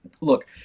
look